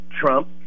Trump